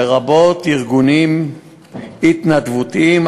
לרבות ארגונים התנדבותיים,